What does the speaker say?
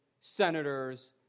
senators